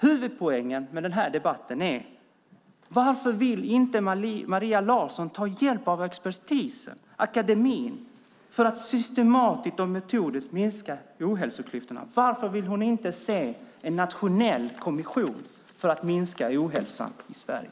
Huvudpoängen med den här debatten är: Varför vill inte Maria Larsson ta hjälp av expertisen, akademin, för att systematiskt och metodiskt minska ohälsoklyftorna? Varför vill hon inte se en nationell kommission för att minska ohälsan i Sverige?